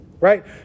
right